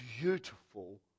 beautiful